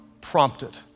prompted